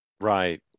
Right